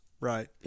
right